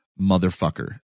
motherfucker